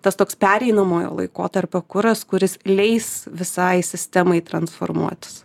tas toks pereinamojo laikotarpio kuras kuris leis visai sistemai transformuotis